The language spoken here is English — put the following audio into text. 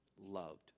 loved